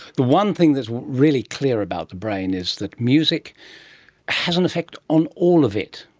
the one thing that's really clear about the brain is that music has an effect on all of it,